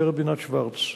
הגברת בינת שוורץ,